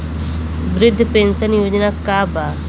वृद्ध पेंशन योजना का बा?